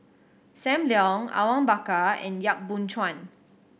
Sam Leong Awang Bakar and Yap Boon Chuan